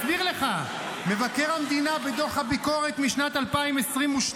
מבקר המדינה, בדוח הביקורת משנת 2022,